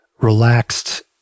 relaxed